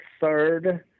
third